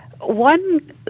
one